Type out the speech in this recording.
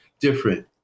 different